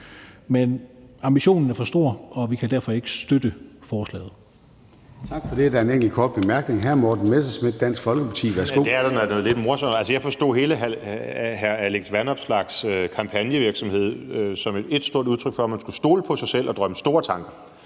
er ambitionen for stor, og vi kan derfor ikke støtte forslaget.